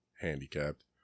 handicapped